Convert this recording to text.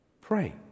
pray